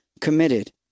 committed